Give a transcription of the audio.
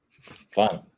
Fun